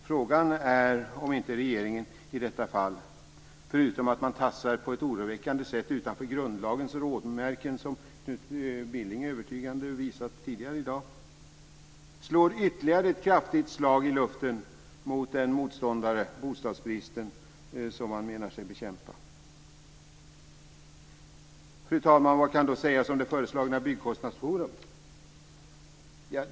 Frågan är om inte regeringen i detta fall, förutom att man som Knut Billing övertygande har visat tidigare i dag tassar på ett oroväckande sätt utanför grundlagens råmärken, slår ytterligare ett kraftigt slag i luften mot den motståndare - bostadsbristen - som man menar sig bekämpa. Fru talman! Vad kan då sägas om det föreslagna byggkostnadsforumet?